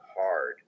hard